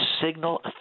signal